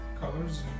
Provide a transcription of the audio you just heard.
colors